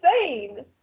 insane